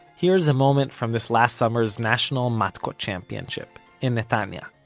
here's a moment from this last summer's national matkot championship, in netantya